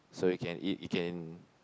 so you can eat you can